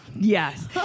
yes